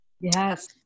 yes